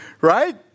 right